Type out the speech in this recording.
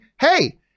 hey